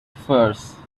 farce